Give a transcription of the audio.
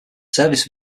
service